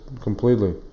completely